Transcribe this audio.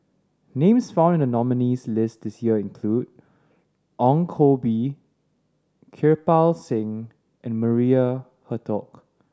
names found in the nominees' list this year include Ong Koh Bee Kirpal Singh and Maria Hertogh